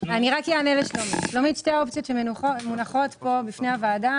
שתי האופציות שמונחות פה בפני הוועדה,